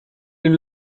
den